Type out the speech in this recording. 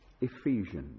Ephesians